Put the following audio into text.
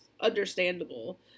understandable